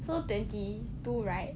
so twenty two right